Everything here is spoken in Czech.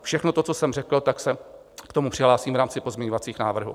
Všechno to, co jsem řekl, tak se k tomu přihlásím v rámci pozměňovacích návrhů.